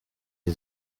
die